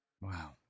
Wow